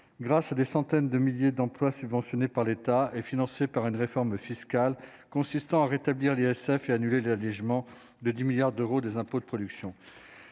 grâce à des centaines de milliers d'emplois subventionnés par l'État et financé par une réforme fiscale consistant à rétablir l'ISF et annulé l'allégement de 10 milliards d'euros des impôts de production